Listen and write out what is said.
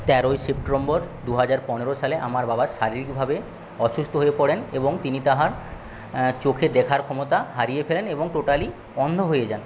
তেরোই সেপ্টেম্বর দু হাজার পনেরো সালে আমার বাবা শারীরিকভাবে অসুস্থ হয়ে পরেন এবং তিনি তাহার চোখে দেখার ক্ষমতা হারিয়ে ফেলেন এবং টোটালি অন্ধ হয়ে যান